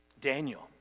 Daniel